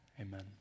amen